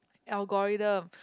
Algoriddim